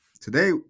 today